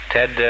Ted